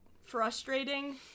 frustrating